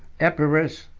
epirus,